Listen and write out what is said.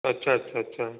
अच्छा अच्छा अच्छा